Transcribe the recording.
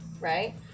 right